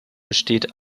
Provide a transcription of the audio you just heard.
besteht